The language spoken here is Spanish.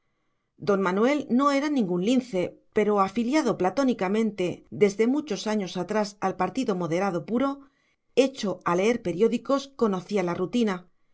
don manuel no era ningún lince pero afiliado platónicamente desde muchos años atrás al partido moderado puro hecho a leer periódicos conocía la rutina